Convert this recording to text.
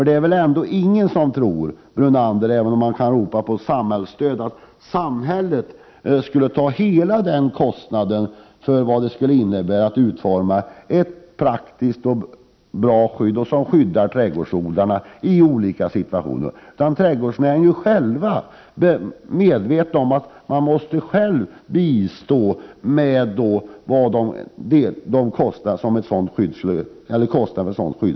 Det är väl ingen som tror, Lennart Brunander —- även om det krävs samhällsstöd — att samhället skall bära hela kostnaden för arbetet med utformningen av ett praktiskt och bra skydd för trädgårdsodlarna i olika situationer. Trädgårdsodlarna är medvetna om att de själva måste vara med och bära kostnaderna för ett sådant skydd.